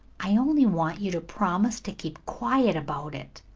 i only want you to promise to keep quiet about it.